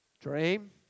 Dream